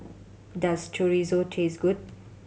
does Chorizo taste good